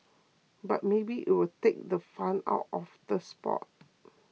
but maybe it will take the fun out of the sport